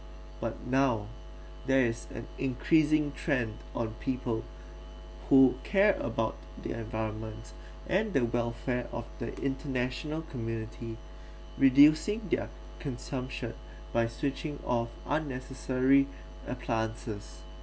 but now there is an increasing trend on people who care about the environment and the welfare of the international community reducing their consumption by switching off unnecessary appliances